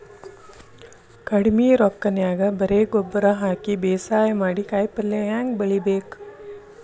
ಕಡಿಮಿ ರೊಕ್ಕನ್ಯಾಗ ಬರೇ ಗೊಬ್ಬರ ಹಾಕಿ ಬೇಸಾಯ ಮಾಡಿ, ಕಾಯಿಪಲ್ಯ ಹ್ಯಾಂಗ್ ಬೆಳಿಬೇಕ್?